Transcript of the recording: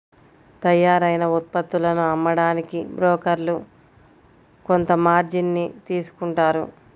తయ్యారైన ఉత్పత్తులను అమ్మడానికి బోకర్లు కొంత మార్జిన్ ని తీసుకుంటారు